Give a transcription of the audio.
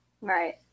right